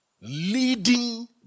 leading